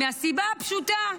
מהסיבה הפשוטה.